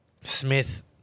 Smith